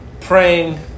praying